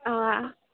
অঁ